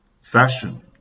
fashion